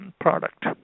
product